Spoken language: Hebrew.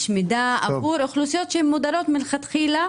מידע עבור אוכלוסיות שהן מודרות מלכתחילה.